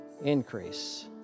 Increase